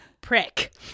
Prick